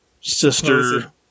sister